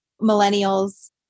millennials